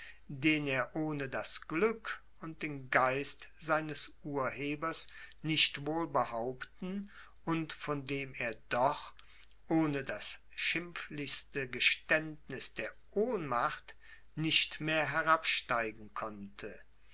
den er ohne das glück und den geist seines urhebers nicht wohl behaupten und von dem er doch ohne das schimpflichste geständniß der ohnmacht nicht mehr herabsteigen konnte